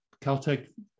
Caltech